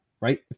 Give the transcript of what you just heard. right